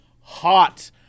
hot